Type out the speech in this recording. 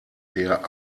der